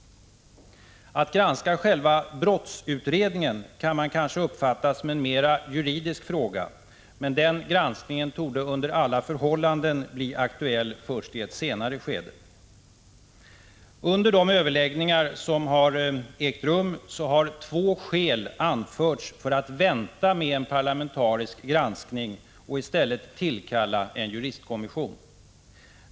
Att granska själva brottsutredningen kan man kanske uppfatta som en mer juridisk fråga, men den granskningen torde under alla förhållanden bli aktuell först i ett senare skede. Under de överläggningar som har ägt rum har två skäl anförts för att vänta med en parlamentarisk granskning och i stället tillkalla en juristkommission.